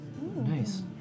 Nice